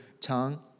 tongue